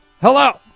Hello